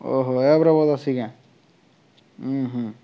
ଓହଃ ଏ ପ୍ରକାର ଅଛି କେଁ